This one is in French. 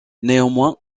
néanmoins